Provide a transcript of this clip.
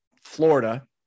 florida